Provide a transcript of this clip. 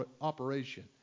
operation